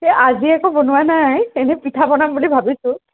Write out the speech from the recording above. এ আজি একো বনোৱা নাই এনে পিঠা বনাম বুলি ভাবিছোঁ